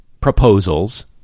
proposals